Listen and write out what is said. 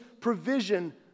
provision